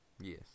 Yes